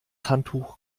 handtuch